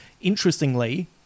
Interestingly